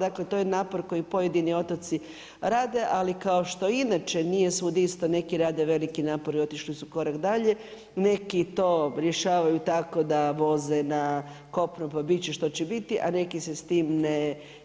Dakle, to je napor koji pojedini otoci rade, ali kao što inače nije svud isto, neki rade veliki napor i otišli su korak dalje, neki to rješavaju tako da voze na kopno pa bit će što će biti a neki se s tim